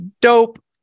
dope